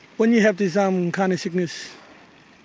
when you have this um kind of sickness,